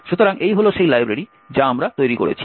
সুতরাং এই হল সেই লাইব্রেরি যা আমরা তৈরি করেছি